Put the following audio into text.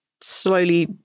slowly